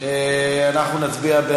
אנחנו נצביע.